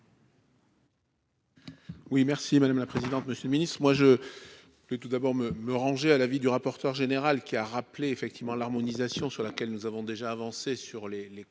Oui merci madame la présidente. Monsieur le Ministre, moi je. L'tout d'abord me me ranger à l'avis du rapporteur général qui a rappelé effectivement l'harmonisation sur laquelle nous avons déjà avancé sur les les